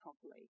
properly